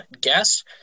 guess